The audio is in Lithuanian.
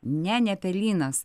ne ne pelynas